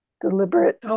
deliberate